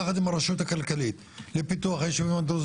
יחד עם הרשות הכלכלית לפיתוח היישובים הדרוזים